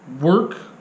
work